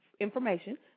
information